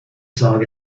song